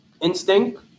instinct